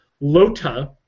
lota